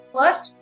First